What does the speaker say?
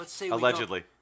Allegedly